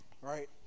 Right